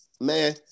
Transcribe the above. man